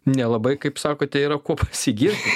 nelabai kaip sakote yra kuo pasigirti